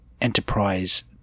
enterprise